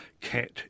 cat